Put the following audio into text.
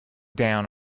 down